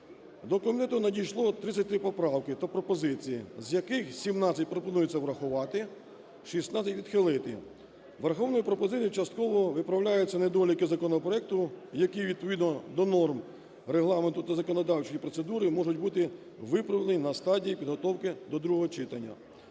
До комітету надійшло 33 поправки та пропозиції, з яких 17 пропонується врахувати, 16 – відхилити. Врахованими пропозиціями частково виправляються недоліки законопроекту, які відповідно до норм Регламенту та законодавчої процедури можуть бути виправлені на стадії підготовки до другого читання.